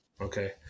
Okay